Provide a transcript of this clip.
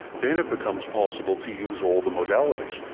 then it becomes possible to use all the modalities,